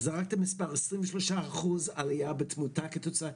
זרקת מספר 23 אחוז עלייה בתמותה כתוצאה,